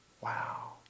Wow